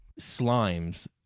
slimes